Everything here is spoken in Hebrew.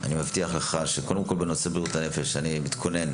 אני מבטיח לך שקודם כל בנושא בריאות הנפש אני מתכונן